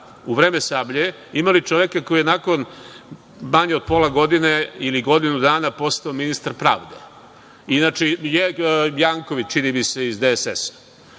u vreme „Sablje“ imali čoveka koji je nakon manje od pola godine, ili godinu dana postao ministar pravde. Inače, Janković, čini mi se, iz DSS.Prema